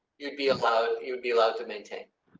you'd be allowed, you'd be allowed to maintain.